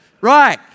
Right